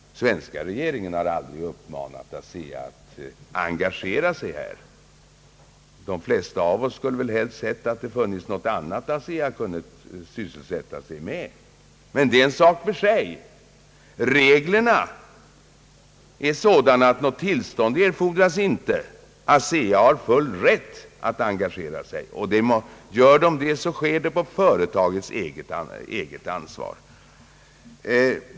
Svenska regeringen har aldrig uppmanat ASEA att engagera sig i projektet. De flesta av oss skulle väl helst ha sett att det funnits något annat för ASEA att sysselsätta sig med, men det är en sak för sig. Reglerna är sådana att något tillstånd inte erfordras. ASEA har full rätt att engagera sig, men det sker i så fall på företagets eget ansvar.